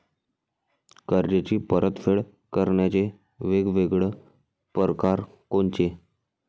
कर्जाची परतफेड करण्याचे वेगवेगळ परकार कोनचे?